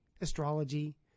astrology